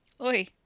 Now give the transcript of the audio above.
Oi